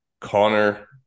Connor